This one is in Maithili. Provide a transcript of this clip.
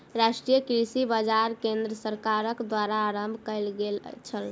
राष्ट्रीय कृषि बाजार केंद्र सरकार द्वारा आरम्भ कयल गेल छल